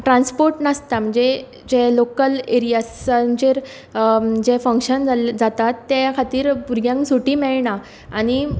transport नासता म्हणजे जे लोकल एरियासांचेर जे फंग्शन जाता ते खातीर भुरग्यांक सुटी मेळना आनी सेटरडे